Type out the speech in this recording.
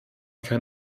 kein